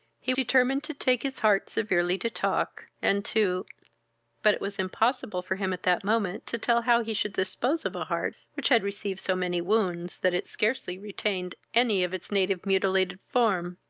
he determined to take his heart severely to talk, and to but it was impossible for him at that moment to tell how he should dispose of a heart which had received so many wounds, that it scarcely retained any of its native mutilated form